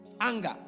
Anger